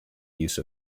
use